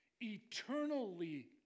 eternally